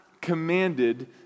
commanded